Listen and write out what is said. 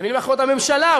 תהיה באחריות הממשלה,